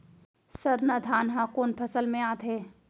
सरना धान ह कोन फसल में आथे?